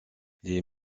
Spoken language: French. les